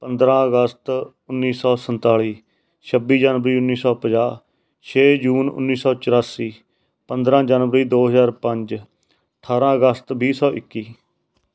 ਪੰਦਰ੍ਹਾਂ ਅਗਸਤ ਉੱਨੀ ਸੌ ਸੰਤਾਲੀ ਛੱਬੀ ਜਨਵਰੀ ਉੱਨੀ ਸੌ ਪੰਜਾਹ ਛੇ ਜੂਨ ਉੱਨੀ ਸੌ ਚੁਰਾਸੀ ਪੰਦਰ੍ਹਾਂ ਜਨਵਰੀ ਦੋ ਹਜ਼ਾਰ ਪੰਜ ਅਠਾਰ੍ਹਾਂ ਅਗਸਤ ਵੀਹ ਸੌ ਇੱਕੀ